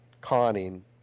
conning